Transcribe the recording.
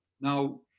Now